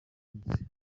ryose